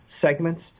segments